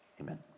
amen